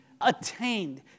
attained